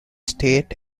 state